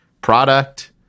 product